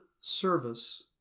service